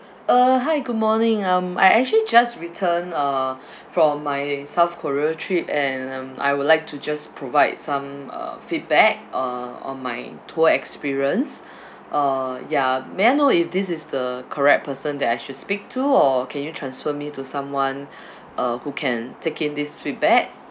uh hi good morning um I actually just return uh from my south korea trip and um I would like to just provide some uh feedback uh on my tour experience uh ya may I know if this is the correct person that I should speak to or can you transfer me to someone uh who can take in this feedback